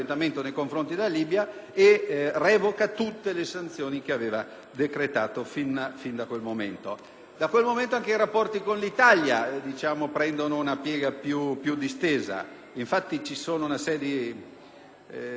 Da quel momento anche i rapporti con l'Italia divengono più distesi; infatti, si stringono accordi bilaterali sul turismo, sulla cooperazione culturale, sulla protezione degli investimenti dei reciproci Paesi.